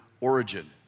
origin